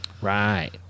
Right